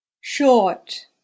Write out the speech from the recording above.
short